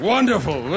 Wonderful